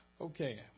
Okay